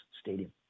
Stadium